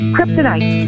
Kryptonite